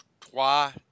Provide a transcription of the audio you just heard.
Trois